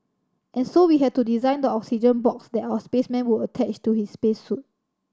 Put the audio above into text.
and so we had to design the oxygen box that our spaceman would attach to his space suit